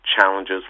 challenges